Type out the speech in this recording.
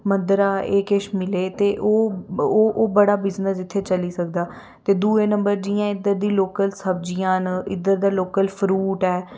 मंदरा एह् किश मिले ते ओह् ओह् ओह् बड़ा बिजनेस इत्थै चली सकदा ते दुए नंबर जियां इद्धर दी लोकल सब्जियां न इद्धर दा लोकल फरूट ऐ